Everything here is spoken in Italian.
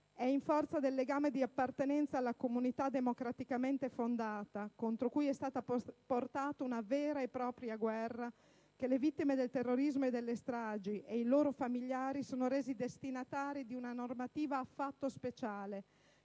«È in forza del legame di appartenenza alla comunità democraticamente fondata, contro cui è stata portata una vera e propria guerra, che le vittime del terrorismo e delle stragi e i loro familiari sono resi destinatari di una normativa affatto speciale,